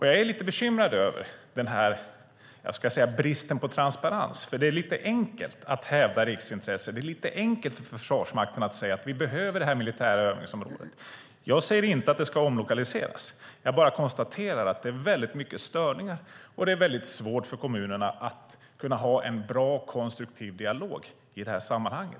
Jag är lite bekymrad över den här bristen på transparens, för det är enkelt att hävda riksintresse. Det är lite för enkelt för Försvarsmakten att säga: Vi behöver det här militära övningsområdet. Jag säger inte att det ska omlokaliseras. Jag bara konstaterar att det är väldigt mycket störningar, och det är svårt för kommunerna att ha en bra och konstruktiv dialog i de här sammanhangen.